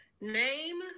Name